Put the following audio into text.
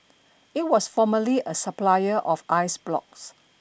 it was formerly a supplier of ice blocks